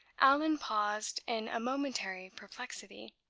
allan paused in a momentary perplexity.